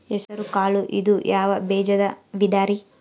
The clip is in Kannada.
ಹೆಸರುಕಾಳು ಇದು ಯಾವ ಬೇಜದ ವಿಧರಿ?